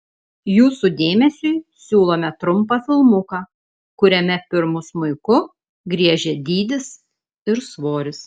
jūsų dėmesiui siūlome trumpą filmuką kuriame pirmu smuiku griežia dydis ir svoris